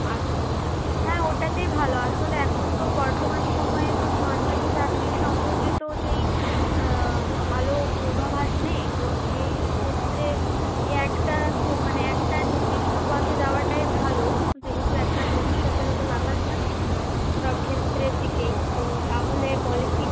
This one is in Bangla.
আচ্ছা আচ্ছা হ্যাঁ ওটাতেই ভালো আসলে এখন তো বর্তমান সময়ে তো সরকারি চাকরির সম্পর্কে তো সেই ভালো পূর্বাভাস নেই তো সেইক্ষেত্রে এই একটা স মানে একটা নির্দিষ্ট পথে যাওয়াটাই ভালো যেহেতু একটা ভবিষ্যতেরও তো ব্যাপার থাকে সব ক্ষেত্রের দিকেই তো তাহলে পলিটেকনিক